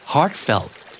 Heartfelt